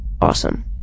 awesome